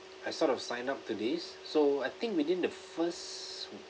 I sort of sign up to this so I think within the first